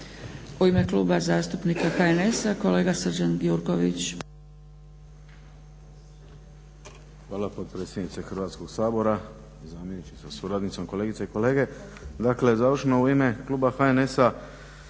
U ime Kluba zastupnika HNS-a kolega Srđan Gjurković. **Gjurković, Srđan (HNS)** Hvala potpredsjednice Hrvatskog sabora. Zamjeniče sa suradnicom, kolegice i kolege. Dakle završno u ime kluba HNS-a,